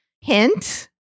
Hint